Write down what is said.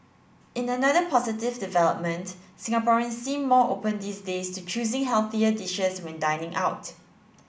in another positive development Singaporeans seem more open these days to choosing healthier dishes when dining out